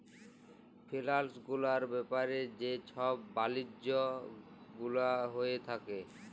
ফিলালস গুলার ব্যাপারে যে ছব বালিজ্য গুলা হঁয়ে থ্যাকে